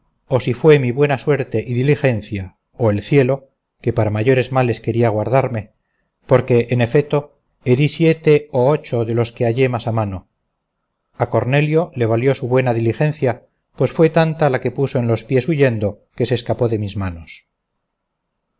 o si fue mi buena suerte y diligencia o el cielo que para mayores males quería guardarme porque en efeto herí siete o ocho de los que hallé más a mano a cornelio le valió su buena diligencia pues fue tanta la que puso en los pies huyendo que